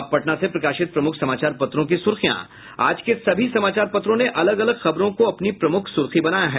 अब पटना से प्रकाशित प्रमुख समाचार पत्रों की सुर्खियां आज के सभी समाचार पत्रों ने अलग अलग खबरों को अपनी प्रमुख सुर्खी बनाया है